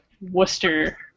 Worcester